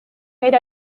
era